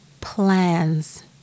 plans